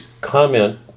comment